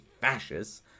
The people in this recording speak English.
fascists